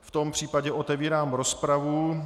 V tom případě otevírám rozpravu.